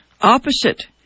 opposite